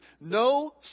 No